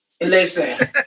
listen